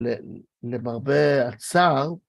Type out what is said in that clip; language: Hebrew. ‫למרבה הצער.